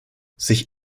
sich